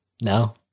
No